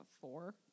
Four